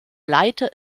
leiter